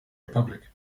republic